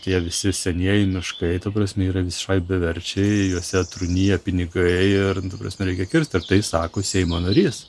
tie visi senieji miškai ta prasme yra visai beverčiai juose trūnija pinigai ir ta prasme reikia kirst ir tai sako seimo narys